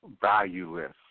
valueless